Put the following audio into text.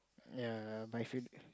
yea my fringe